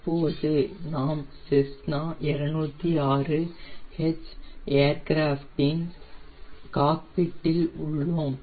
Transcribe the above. இப்போது நாம் Cessna 206 H aircraft இன் காக்ப்பிட் இல் உள்ளோம்